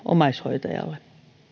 omaishoitajalle